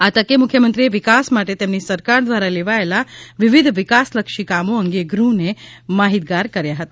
આ તકે મુખ્યમંત્રીએ વિકાસ માટે તેમની સરકાર દ્વારા લેવાયેલા વિવિધ વિકાસલક્ષી કામો અંગે ગૃહને માહિતગાર કર્યા હતા